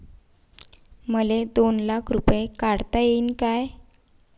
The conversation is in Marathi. मले दोन लाख रूपे काढता येईन काय?